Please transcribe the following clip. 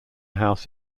house